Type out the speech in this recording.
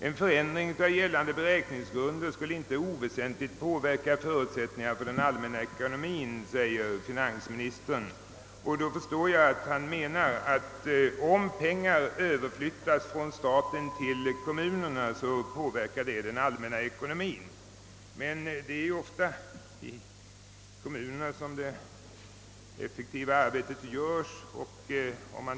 »En förändring av gällande beräkningsgrunder skulle inte oväsentligt påverka förutsättningarna för den allmänna ekonomiska politiken», säger finansministern. Jag inser att han därmed menar, att om pengar flyttas från staten till kommunerna så påverkar det den allmänna ekonomien. Men det är ju ofta i kommunerna som det effektiva arbetet utförs på den offentliga sektorn.